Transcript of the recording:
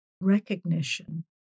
recognition